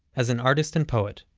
as an artist and poet.